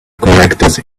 corrected